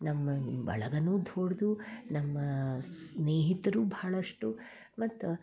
ನಮ್ಮ ಬಳಗವೂ ದೊಡ್ಡದು ನಮ್ಮ ಸ್ನೇಹಿತರು ಬಹಳಷ್ಟು ಮತ್ತು